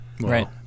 Right